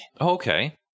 Okay